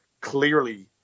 clearly